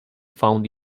found